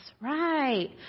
right